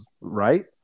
right